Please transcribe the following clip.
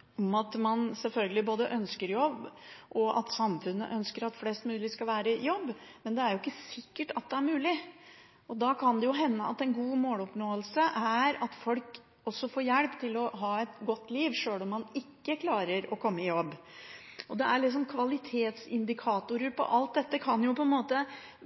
utgangspunkt at man sjølsagt ønsker jobb, og samfunnet ønsker at flest mulig skal være i jobb, er det jo ikke sikkert at det er mulig. Da kan det hende at en god måloppnåelse er at folk også får hjelp til å ha et godt liv, sjøl om man ikke klarer å komme i jobb. Kvalitetsindikatorer på alt dette kan jo